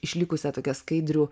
išlikusią tokią skaidrių